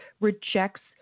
rejects